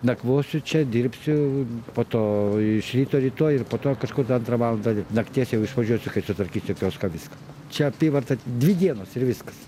nakvosiu čia dirbsiu po to iš ryto rytoj ir po to kažkur antrą valandą nakties jau išvažiuosiu kaip sutvarkysiu tikiuosi kad viską čia apyvarta dvi dienos ir viskas